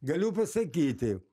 galiu pasakyti